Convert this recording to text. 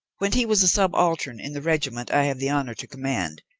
when he was a subaltern in the regiment i have the honour to command,